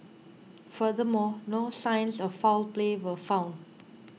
furthermore no signs of foul play were found